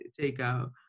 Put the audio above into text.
takeout